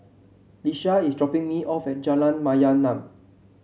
Iesha is dropping me off at Jalan Mayaanam